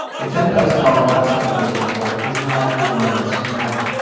a ten thousand dollars investment, for example, is not a de minimis amount,